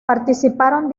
participaron